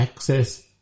Access